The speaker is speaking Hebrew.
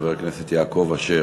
וחבר הכנסת יעקב אשר.